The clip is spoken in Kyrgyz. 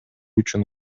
үчүн